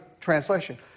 translation